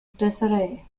disarray